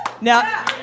Now